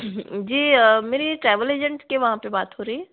जी मेरी travel agent के वहाँ पर बात हो रही